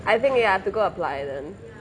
I think ya have to go apply then